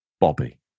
Bobby